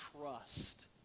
trust